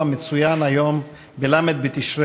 אבקש מחברי הכנסת ומכל הנמצאים ביציע לכבד את זכרו